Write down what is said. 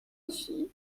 میشی